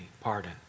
pardon